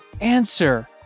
answer